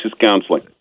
Counseling